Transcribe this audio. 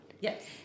Yes